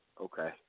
Okay